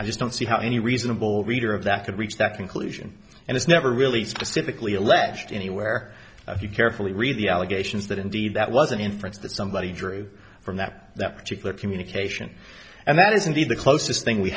i just don't see how any reasonable reader of that could reach that conclusion and it's never really specifically alleged anywhere if you carefully read the allegations that indeed that was an inference that somebody drew from that that particular communication and that is indeed the closest thing we